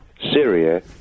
Syria